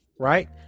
right